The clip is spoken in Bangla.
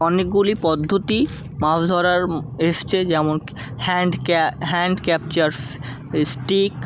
অনেকগুলি পদ্ধতি মাছ ধরার এসেছে যেমন হ্যান্ড ক্যা হ্যান্ড ক্যাপচারস স্টিক